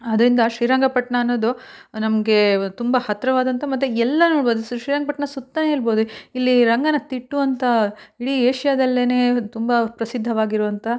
ಆದರಿಂದ ಶ್ರೀರಂಗಪಟ್ಟಣ ಅನ್ನೋದು ನಮಗೆ ತುಂಬ ಹತ್ತಿರವಾದಂಥ ಮತ್ತೆ ಎಲ್ಲ ನೋಡ್ಬೋದು ಶ್ರೀರಂಗ್ಪಟ್ಟಣ ಸುತ್ತ ನಿಲ್ಬೋದು ಇಲ್ಲಿ ರಂಗನತಿಟ್ಟು ಅಂತ ಇಡೀ ಏಷ್ಯಾದಲ್ಲೆನೇ ತುಂಬ ಪ್ರಸಿದ್ಧವಾಗಿರುವಂಥ